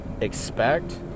expect